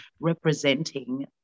representing